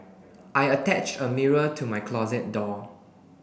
I attached a mirror to my closet door